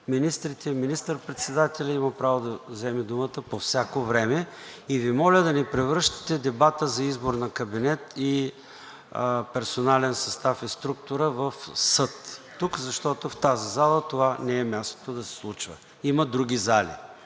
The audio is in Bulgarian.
министрите и министър-председателят имат право да вземат думата по всяко време. Моля Ви да не превръщате дебата за избор на кабинет и персонален състав и структура в съд тук, защото в тази зала това не е мястото да се случва. Има други зали,